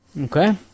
Okay